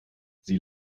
sie